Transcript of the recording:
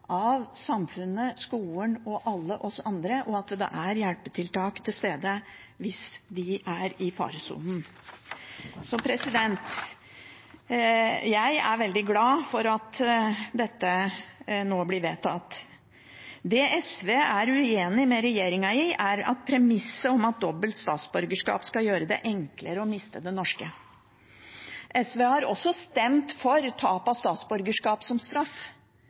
av samfunnet, skolen og alle oss andre, og at det er hjelpetiltak til stede hvis de er i faresonen. Jeg er veldig glad for at dette nå blir vedtatt. Det SV er uenig med regjeringen i, er premisset om at dobbelt statsborgerskap skal gjøre det enklere å miste det norske. SV har også stemt for tap av statsborgerskap som straff,